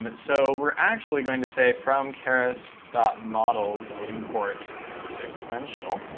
but so we're actually going to say, from keras models import sequential,